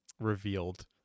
revealed